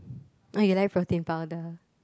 oh you like protein powder